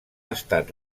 estat